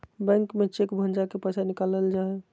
bank में cheque भंजा के पैसा निकालल जा हय